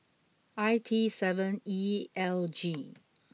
I T seven E L G